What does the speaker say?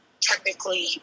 technically